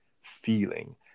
feeling